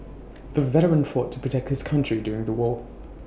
the veteran fought to protect his country during the war